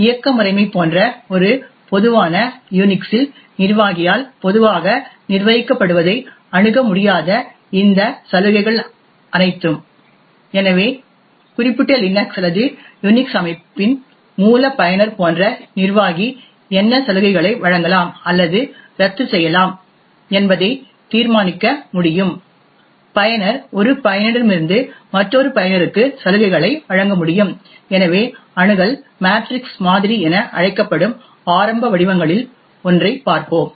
எனவே இயக்க முறைமை போன்ற ஒரு பொதுவான யுனிக்ஸ் இல் நிர்வாகியால் பொதுவாக நிர்வகிக்கப்படுவதை அணுக முடியாத இந்த சலுகைகள் அனைத்தும் எனவே குறிப்பிட்ட லினக்ஸ் அல்லது யுனிக்ஸ் அமைப்பின் மூல பயனர் போன்ற நிர்வாகி என்ன சலுகைகளை வழங்கலாம் அல்லது ரத்து செய்யலாம் என்பதை தீர்மானிக்க முடியும் பயனர்கள் ஒரு பயனரிடமிருந்து மற்றொரு பயனருக்கு சலுகைகளை வழங்க முடியும் எனவே அணுகல் மேட்ரிக்ஸ் மாதிரி என அழைக்கப்படும் ஆரம்ப வடிவங்களில் ஒன்றைப் பார்ப்போம்